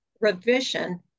revision